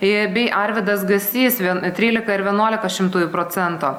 ir bei arvydas gasys vien trylika it vienuolika šimtųjų procento